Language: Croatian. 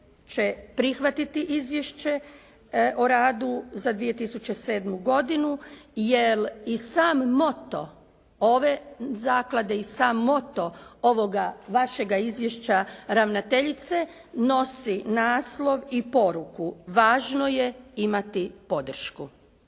prihvatiti Izvješće o radu za 2007. godinu jer i sam moto ove zaklade i sam moto ovoga vašega izvješća ravnateljice nosi naslov i poruku, važno je imati podršku.